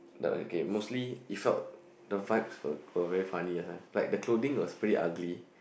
the okay mostly it felt the vibes were were very funny last time like the clothing was pretty ugly